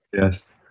Yes